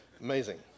Amazing